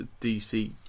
DC